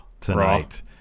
tonight